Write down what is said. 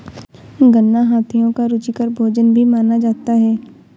गन्ना हाथियों का रुचिकर भोजन भी माना जाता है